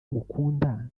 ngukunda